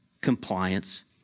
Compliance